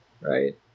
right